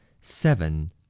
Seven